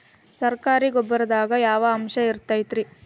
ಸರಕಾರಿ ಗೊಬ್ಬರದಾಗ ಯಾವ ಅಂಶ ಇರತೈತ್ರಿ?